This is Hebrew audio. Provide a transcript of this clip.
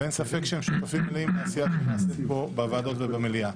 ואין ספק שהם שותפים מלאים לעשיית הכנסת בוועדות ובמליאה.